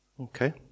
Okay